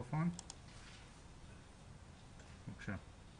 גיל בבקשה.